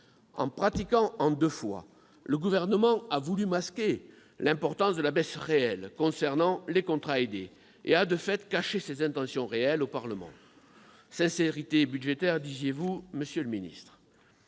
En pratiquant en deux fois, le Gouvernement a voulu masquer l'importance de la baisse réelle concernant les contrats aidés. Il a, de fait, caché ses intentions réelles au Parlement. Sincérité budgétaire, disiez-vous, monsieur le ministre